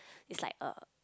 it's like a